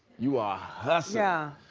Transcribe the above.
you are hustling. yeah.